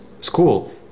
school